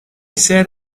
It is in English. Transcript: said